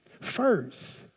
First